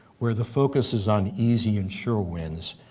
where the focus is on easy and sure wins,